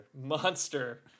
Monster